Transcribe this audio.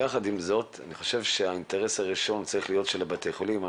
יחד עם זאת אני חושב שהאינטרס הראשון צריך להיות של בתי החולים.